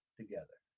together